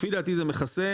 לפי דעתי זה מכסה